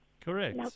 correct